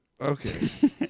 Okay